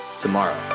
tomorrow